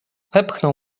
wepchnął